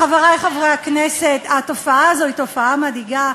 חברי חברי הכנסת, התופעה הזאת היא תופעה מדאיגה.